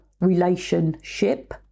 relationship